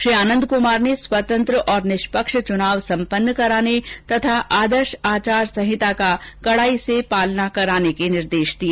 श्री आनंद कुमार ने स्वतंत्र और निष्पक्ष चुनाव सम्पन्न कराने तथा आदर्श आचार संहिता का कड़ाई से पालना कराने के निर्देश दिए